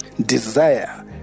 Desire